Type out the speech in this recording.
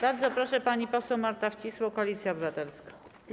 Bardzo proszę, pani poseł Marta Wcisło, Koalicja Obywatelska.